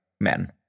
men